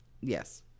Yes